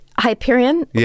Hyperion